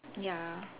ya